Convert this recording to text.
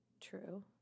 True